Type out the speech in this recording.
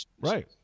Right